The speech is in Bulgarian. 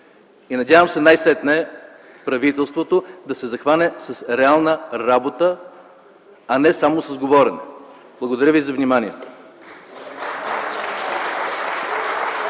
Надявам се най-сетне правителството да се захване с реална работа, а не само с говорене. Благодаря ви за вниманието.